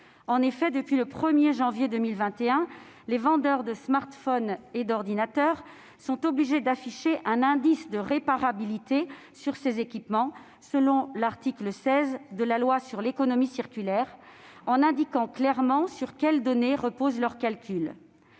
En effet, depuis le 1 janvier 2021, les vendeurs de smartphones et d'ordinateurs sont obligés d'afficher un indice de réparabilité sur ces équipements, selon l'article 16 de la loi sur l'économie circulaire, en indiquant clairement sur quelles données reposent leurs calculs.